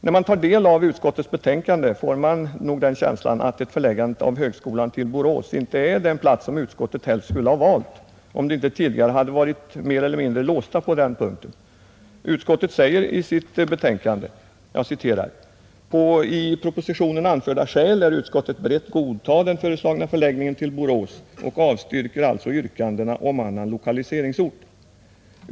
När man tar del av utskottets betänkande får man känslan att Borås inte är den plats som utskottet helst skulle ha valt om det inte tidigare hade varit mer eller mindre låst på den punkten. Utskottet säger i sitt betänkande: ”På i propositionen anförda skäl är utskottet berett godta den föreslagna förläggningen till Borås och avstyrker alltså yrkandena om annan lokaliseringsort.